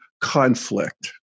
conflict